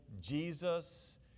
Jesus